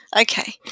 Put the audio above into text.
Okay